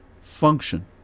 function